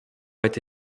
été